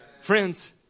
Friends